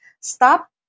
stop